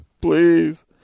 please